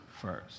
first